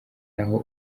naho